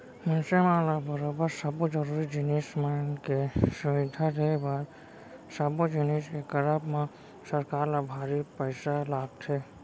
मनसे मन ल बरोबर सब्बो जरुरी जिनिस मन के सुबिधा देय बर सब्बो जिनिस के करब म सरकार ल भारी पइसा लगथे